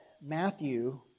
Matthew